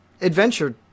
adventure